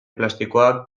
plastikoak